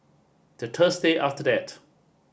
the thursday after that